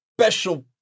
special